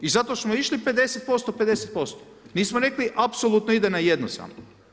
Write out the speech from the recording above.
I zato smo išli 50% 50%, nismo rekli apsolutno ide na jedno samo.